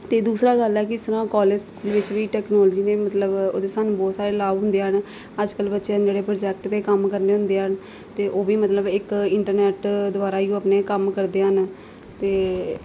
ਤੇ ਦੂਸਰਾ ਗੱਲ ਹੈ ਕਿਸ ਤਰਾਂ ਕਾਲਜ ਦੇ ਵਿੱਚ ਵੀ ਟੈਕਨੋਲਜੀ ਨੇ ਮਤਲਬ ਉਹਦੇ ਸਾਨੂੰ ਬਹੁਤ ਸਾਰੇ ਲਾਭ ਹੁੰਦੇ ਹਨ ਅੱਜ ਕੱਲ ਬੱਚਿਆਂ ਨੂੰ ਜਿਹੜੇ ਪ੍ਰੋਜੈਕਟ ਦੇ ਕੰਮ ਕਰਨੇ ਹੁੰਦੇ ਆ ਤੇ ਉਹ ਵੀ ਮਤਲਬ ਇੱਕ ਇੰਟਰਨੈਟ ਦੁਆਰਾ ਈ ਉਹ ਆਪਣੇ ਕੰਮ ਕਰਦੇ ਹਨ ਤੇ